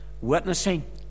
witnessing